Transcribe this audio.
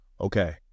Okay